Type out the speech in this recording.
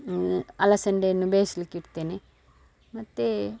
ಅಲಸಂದಿಯನ್ನು ಬೇಯಿಸ್ಲಿಕ್ಕೆ ಇಡ್ತೇನೆ ಮತ್ತು